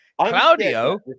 Claudio